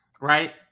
right